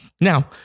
Now